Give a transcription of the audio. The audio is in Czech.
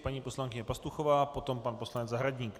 Paní poslankyně Pastuchová, potom pan poslanec Zahradník.